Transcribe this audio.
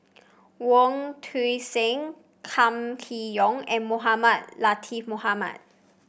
Wong Tuang Seng Kam Kee Yong and Mohamed Latiff Mohamed